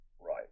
right